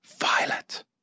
Violet